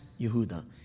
Yehuda